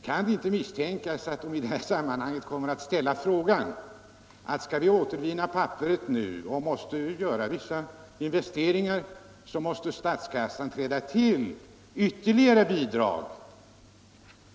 Kan det inte misstänkas att bolagen i detta sammanhang kommer att säga: Skall vi återvinna papper nu och härför göra vissa investeringar, måste staten träda till med ytterligare bidrag.